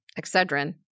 Excedrin